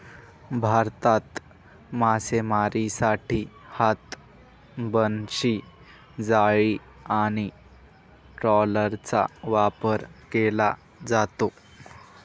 भारतात मासेमारीसाठी हात, बनशी, जाळी आणि ट्रॉलरचा वापर केला जातो